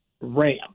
ram